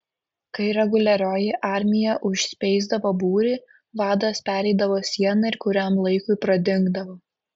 kai reguliarioji armija užspeisdavo būrį vadas pereidavo sieną ir kuriam laikui pradingdavo